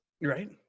Right